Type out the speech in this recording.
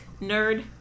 Nerd